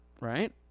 right